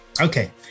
Okay